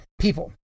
people